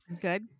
Good